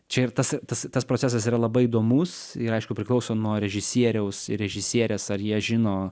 čia ir tas tas tas procesas yra labai įdomus ir aišku priklauso nuo režisieriaus režisierės ar jie žino